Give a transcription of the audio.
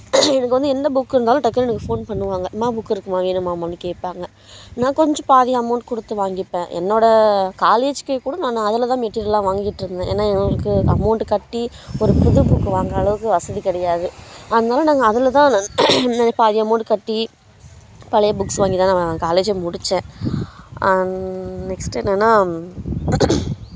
எனக்கு வந்து எந்த புக்கு இருந்தாலும் டக்குன்னு எனக்கு வந்து ஃபோன் பண்ணுவாங்க மா புக்கு இருக்கும்மா வேணுமாம்மான்னு கேட்பாங்க நான் கொஞ்சம் பாதி அமௌண்ட் கொடுத்து வாங்கிப்பேன் என்னோடய காலேஜுக்கு கூட நான் அதில் தான் மெட்டீரியல்லாம் வாங்கிக்கிட்டுருந்தேன் ஏன்னா எங்களுக்கு அமௌண்ட்டு கட்டி ஒரு புது புக்கு வாங்கற அளவுக்கு வசதி கிடையாது அதனால நாங்கள் அதில் தான் நான் பாதி அமௌண்ட்டு கட்டி பழைய புக்ஸ் வாங்கி தான் நான் காலேஜ் முடித்தேன் நெக்ஸ்ட்டு என்னென்னா